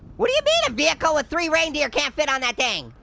what do you mean a vehicle with three reindeer can't fit on that thing?